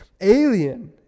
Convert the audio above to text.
Alien